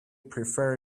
prefer